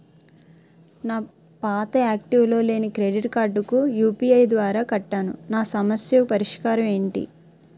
నా పాత యాక్టివ్ లో లేని క్రెడిట్ కార్డుకు యు.పి.ఐ ద్వారా కట్టాను నా సమస్యకు పరిష్కారం ఎంటి?